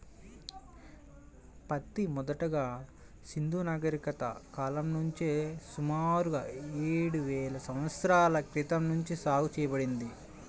పత్తి మొదటగా సింధూ నాగరికత కాలం నుంచే సుమారుగా ఏడువేల సంవత్సరాల క్రితం నుంచే సాగు చేయబడింది